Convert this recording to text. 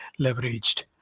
leveraged